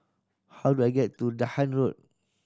how do I get to Dahan Road